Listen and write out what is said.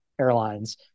Airlines